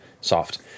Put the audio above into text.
soft